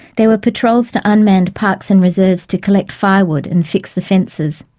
there were patrols to unmanned parks and reserves to collect firewood and fix the fences.